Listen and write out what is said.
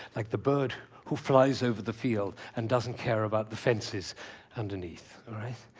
like the bird who flies over the field and doesn't care about the fences underneath, all right?